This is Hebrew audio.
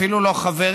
אפילו לא חברי,